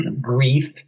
grief